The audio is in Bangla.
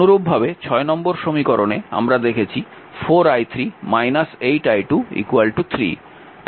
অনুরূপভাবে নম্বর সমীকরণে আমরা দেখেছি 4 i3 8 i2 3